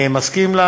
מסכים?